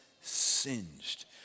singed